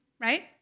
right